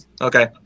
Okay